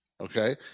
Okay